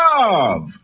love